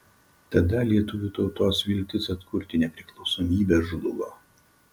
tada lietuvių tautos viltys atkurti nepriklausomybę žlugo